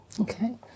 Okay